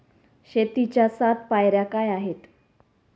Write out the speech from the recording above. शेतीच्या सात पायऱ्या काय आहेत?